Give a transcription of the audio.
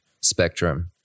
spectrum